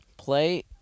Play